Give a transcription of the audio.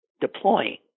deploying